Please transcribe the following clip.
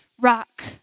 rock